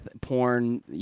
porn